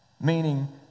meaning